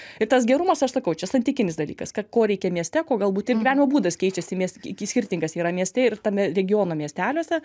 ir tas gerumas aš sakau čia santykinis dalykas kad ko reikia mieste ko galbūt ir gyvenimo būdas keičiasi mes iki skirtingas yra mieste ir tame regiono miesteliuose